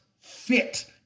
fit